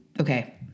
okay